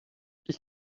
ich